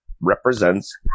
represents